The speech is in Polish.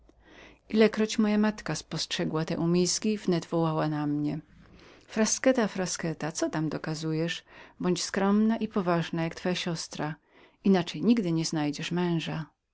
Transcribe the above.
gdy moja matka czasami spostrzegała te obroty wnet wołała na mnie frasqueta frasqueta co tam dokazujesz bądź skromną i poważną jak twoja siostra inaczej nigdy nie znajdziesz męża